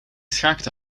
schaakte